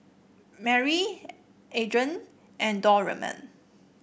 Marry Adrianne and Dorman